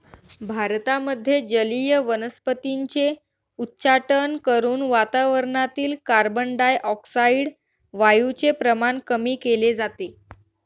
भारतामध्ये जलीय वनस्पतींचे उच्चाटन करून वातावरणातील कार्बनडाय ऑक्साईड वायूचे प्रमाण कमी केले जाते